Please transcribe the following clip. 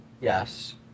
yes